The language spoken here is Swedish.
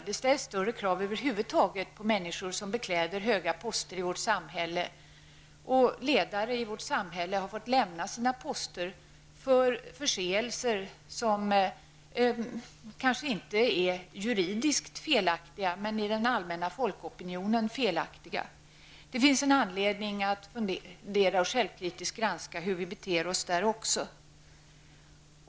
Det ställs större krav över huvud taget på människor som bekläder höga poster i vårt samhälle. Ledare i vårt samhälle har fått lämna sina poster för förseelser som kanske inte är juridiskt felaktiga, men som i denna allmänna folkopinionen är felaktiga. Det finns anledning att fundera på och självkritisk granska hur vi beter oss.